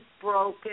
broken